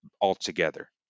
altogether